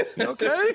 okay